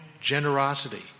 generosity